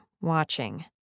watching